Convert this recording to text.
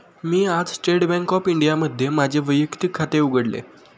मी आज State Bank of इंडियामध्ये माझे वैयक्तिक खाते उघडले